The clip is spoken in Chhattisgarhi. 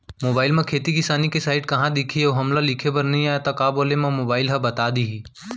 मोबाइल म खेती किसानी के साइट कहाँ दिखही अऊ हमला लिखेबर नई आय त का बोले म मोबाइल ह बता दिही?